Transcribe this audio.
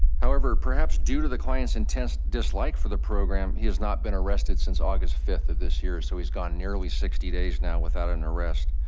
however, perhaps due to the client's intense dislike for the program, he has not been arrested since august five of this year. so he's gotten nearly sixty days now without an arrest.